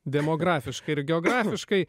demografiškai ir geografiškai